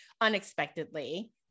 unexpectedly